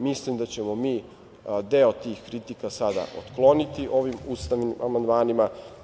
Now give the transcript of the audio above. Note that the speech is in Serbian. Mislim da ćemo mi deo tih kritika sada otkloniti ovim ustavnim amandmanima.